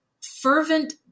fervent